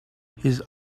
his